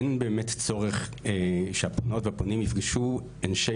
אין באמת צורך שהפונות והפונים יפגשו אנשי